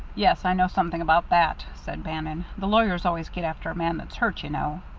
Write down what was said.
yes, i know something about that, said bannon. the lawyers always get after a man that's hurt, you know.